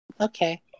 Okay